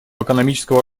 экономического